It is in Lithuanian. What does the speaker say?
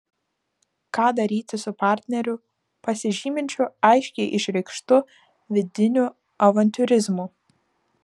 ką daryti su partneriu pasižyminčiu aiškiai išreikštu vidiniu avantiūrizmu